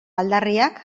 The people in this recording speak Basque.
aldarriak